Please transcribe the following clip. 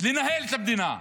ולנהל את המדינה.